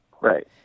Right